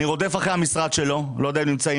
אני רודף אחרי המשרד שלו, אני לא יודע אם הם כאן.